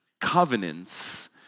covenants